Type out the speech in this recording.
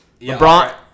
LeBron